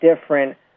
different